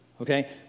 Okay